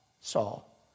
Saul